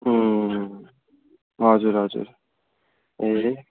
उम् हजुर हजुर ए